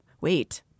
Wait